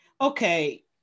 okay